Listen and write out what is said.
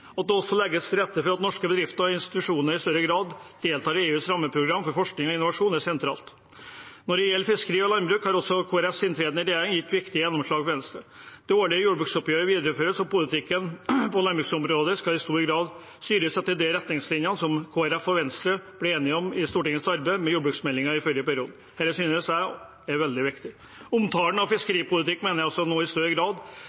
land. At det også legges til rette for at norske bedrifter og institusjoner i større grad deltar i EUs rammeprogram for forskning og innovasjon, er sentralt. Når det gjelder fiskeri og landbruk, har Kristelig Folkepartis inntreden i regjeringen gitt viktige gjennomslag for Venstre. Det årlige jordbruksoppgjøret videreføres, og politikken på landbruksområdet skal i stor grad styres etter de retningslinjene som Kristelig Folkeparti og Venstre ble enige om i Stortingets arbeid med jordbruksmeldingen i forrige periode. Dette synes jeg er veldig viktig. Omtalen av